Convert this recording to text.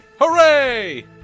hooray